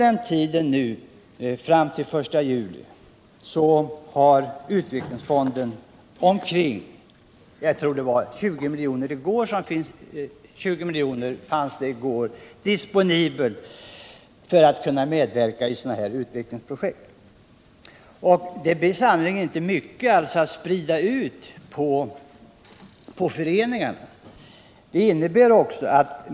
Under tiden fram till 1 juli har utvecklingsfonden omkring 20 = företagens utveckmilj.kr. — det fanns det i går — disponibla för att kunna medverka i = ling, m.m. utvecklingsprojekt. Det blir sannerligen inte mycket att sprida ut på föreningarna.